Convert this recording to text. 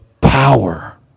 power